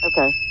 Okay